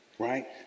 Right